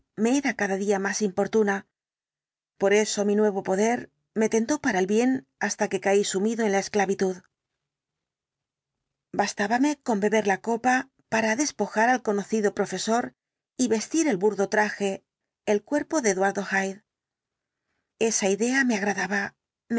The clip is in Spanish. me era cada día más